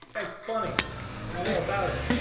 that's funny but and about it.